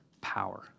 Power